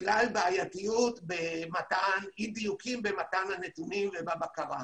בגלל אי דיוקים במתן הנתונים ובבקרה.